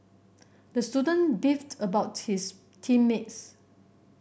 the student beefed about his team mates